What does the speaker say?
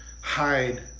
hide